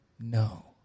no